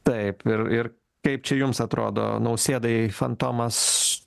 taip ir ir kaip čia jums atrodo nausėdai fantomas